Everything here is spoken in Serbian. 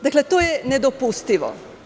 Dakle, to je nedopustivo.